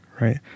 right